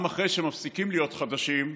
גם אחרי שמפסיקים להיות "חדשים",